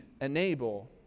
enable